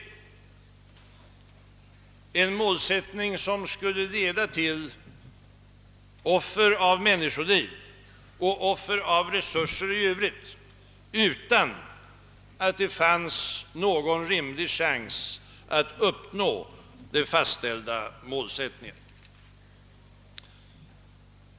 En sådan uppläggning skulle leda till offer av människoliv och offer av resurser i Övrigt utan att det, om försvaret sätts på prov, finns någon rimlig chans att uppnå den fastställda målsättningen.